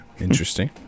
interesting